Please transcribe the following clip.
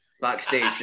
backstage